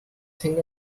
thing